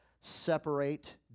separate